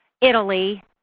Italy